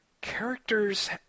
characters